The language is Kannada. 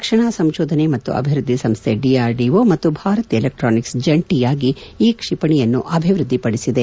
ರಕ್ಷಣಾ ಸಂಶೋಧನೆ ಮತ್ತು ಅಭಿವೃದ್ದಿ ಸಂಸ್ಥೆ ಡಿಆರ್ಡಿಓ ಮತ್ತು ಭಾರತ್ ಎಲೆಕ್ಟಾನಿಕ್ಸ್ ಜಂಟಿಯಾಗಿ ಈ ಕ್ಷಿಪಣಿಯನ್ನು ಅಭಿವ್ಬದ್ದಿಪಡಿಸಿದೆ